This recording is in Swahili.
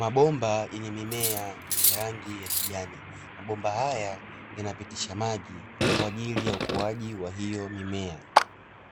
Mabomba yenye mimea yenye rangi ya kijani, mabomba haya yanapitisha maji kwa ajili ya ukuaji wa hiyo mimea,